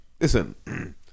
listen